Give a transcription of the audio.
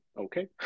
okay